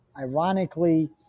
ironically